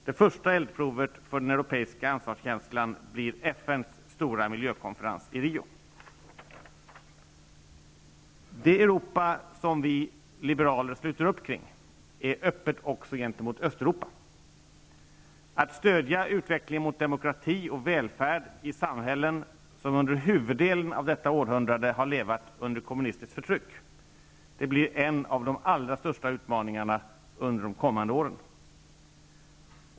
Det första eldprovet för den europeiska ansvarskänslan blir FN:s stora miljökonferens i Det Europa som vi liberaler sluter upp kring är öppet också gentemot Östeuropa. Att stödja utvecklingen mot demokrati och välfärd i samhällen som under huvuddelen av detta århundrade har levt under kommunistiskt förtryck, blir en av de allra största utmaningarna under de kommande åren.